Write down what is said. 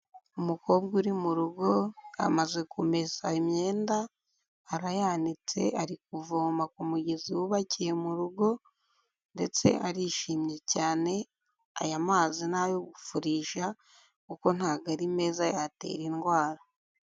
Umukobwa uri mu rugo amaze kumesa imyenda, arayanitse ari kuvoma ku mugezi wubakiye mu rugo, ndetse arishimye cyane, aya mazi ni ayo gufurisha kuko ntago ari meza yatera indwara.